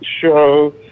show